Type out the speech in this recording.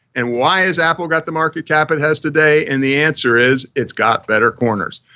and why is apple got the market cap it has today, and the answer is it's got better corners.